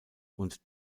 und